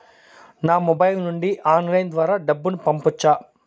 నా మొబైల్ నుండి ఆన్లైన్ ద్వారా డబ్బును పంపొచ్చా